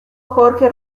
jorge